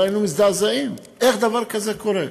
הרי היינו מזדעזעים איך דבר כזה קורה.